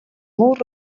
molt